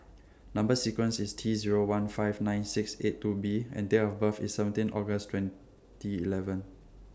Number sequence IS T Zero one five nine six eight two B and Date of birth IS seventeen August twenty eleven